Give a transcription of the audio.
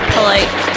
Polite